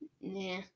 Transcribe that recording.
nah